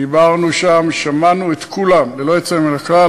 דיברנו שם, שמענו את כולם ללא יוצא מהכלל.